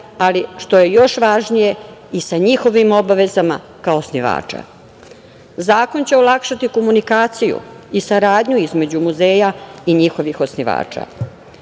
ali što je još važnije i sa njihovim obavezama kao osnivača. Zakon će olakšati komunikaciju i saradnju između muzeja i njihovih osnivača. Osim